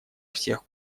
всех